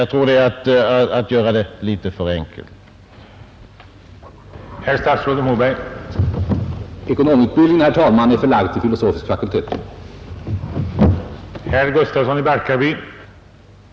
Jag tror att man annars gör det hela litet för enkelt för sig.